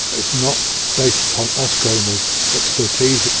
but it's not based upon us going with expertise,